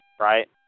right